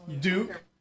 Duke